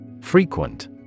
Frequent